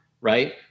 right